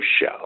show